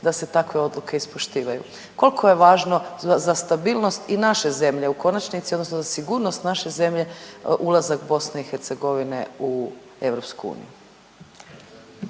da se takve odluke ispoštivaju. Koliko je važno za stabilnost i naše zemlje u konačnici, odnosno za sigurnost naše zemlje ulazak Bosne i Hercegovine u EU. **Bušić,